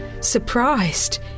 surprised